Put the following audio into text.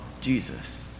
Jesus